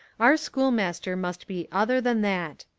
our schoolmaster must be other than that.